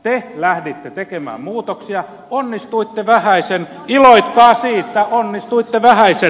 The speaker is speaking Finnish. te lähditte tekemään muutoksia onnistuitte vähäisen iloitkaa siitä onnistuitte vähäisen